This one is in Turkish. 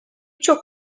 çok